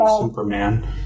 Superman